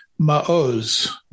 ma'oz